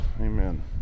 Amen